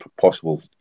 possible